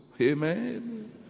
Amen